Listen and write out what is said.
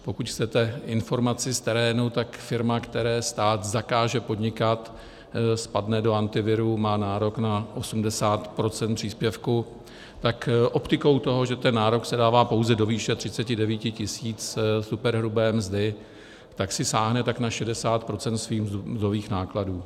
Pokud chcete informaci z terénu, tak firma, které stát zakáže podnikat, spadne do Antiviru, má nárok na 80 % příspěvku, tak optikou toho, že ten nárok se dává pouze do výše 39 tisíc superhrubé mzdy, tak si sáhne tak na 60 % svých mzdových nákladů.